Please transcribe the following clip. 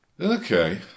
Okay